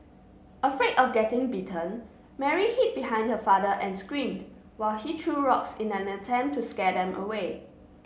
afraid of getting bitten Mary hid behind her father and screamed while he threw rocks in an attempt to scare them away